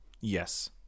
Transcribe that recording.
Yes